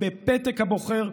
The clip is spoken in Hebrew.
בפתק הבוחר,